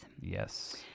Yes